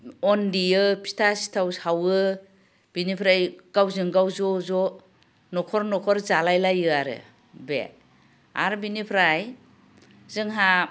अन देयो फिथा सिथावखौ सावो बिनिफ्राय गावजों गाव ज' ज' न'खर न'खर जालायलायो आरो बे आरो बिनिफ्राय जोंहा